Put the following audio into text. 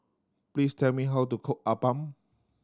please tell me how to cook appam